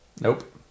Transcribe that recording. nope